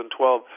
2012